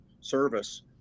service